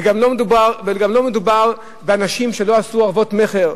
וגם לא מדובר באנשים שלא עשו ערבות מכר,